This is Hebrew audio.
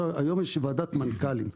היום יש ועדת מנכ"לים.